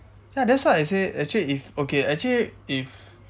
ya that's why I say actually if okay actually if